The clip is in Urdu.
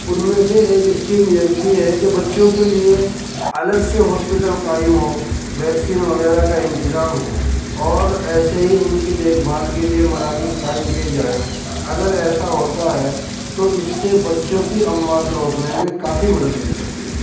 ان میں سے ایک اسکیم یہ بھی ہے کہ بچوں کے لیے الگ سے ہاسپٹل قائم ہوں ویکسین وغیرہ کا انتظام ہو اور ایسے ہی ان کی دیکھ بھال کے لیے مراکز قائم کیے جائیں اگر ایسا ہوتا ہے تو اس سے بچوں کی اموات روکنے میں کافی مدد مل سکتی ہے